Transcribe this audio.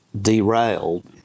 derailed